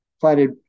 planted